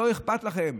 לא אכפת לכם,